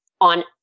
on